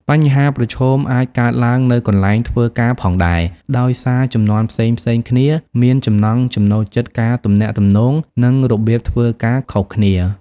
បញ្ហាប្រឈមអាចកើតឡើងនៅកន្លែងធ្វើការផងដែរ ដោយសារជំនាន់ផ្សេងៗគ្នាមានចំណង់ចំណូលចិត្តការទំនាក់ទំនង និងរបៀបធ្វើការខុសគ្នា។